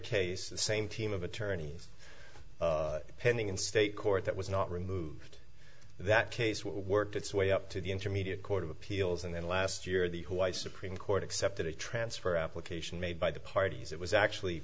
case the same team of attorneys pending in state court that was not removed that case will work its way up to the intermediate court of appeals and then last year the hawaii supreme court accepted a transfer application made by the parties it was actually